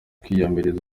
kwiyamiriza